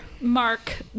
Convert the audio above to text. Mark